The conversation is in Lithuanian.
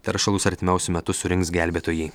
teršalus artimiausiu metu surinks gelbėtojai